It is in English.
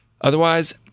Otherwise